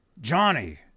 Johnny